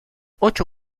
ocho